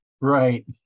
Right